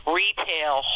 retail